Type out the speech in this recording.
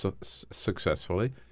successfully